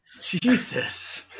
Jesus